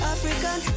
African